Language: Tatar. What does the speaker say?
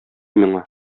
миңа